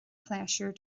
pléisiúr